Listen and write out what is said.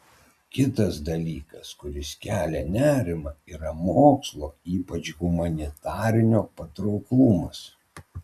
kitas dalykas kuris kelia nerimą yra mokslo ypač humanitarinio patrauklumas